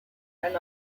and